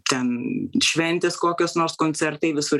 ten šventės kokios nors koncertai visur